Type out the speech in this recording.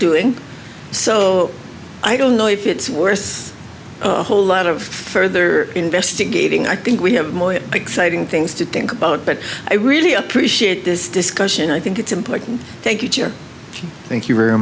doing so i don't know if it's worth a whole lot of further investigating i think we have more exciting things to think about but i really appreciate this discussion i think it's important thank you thank you very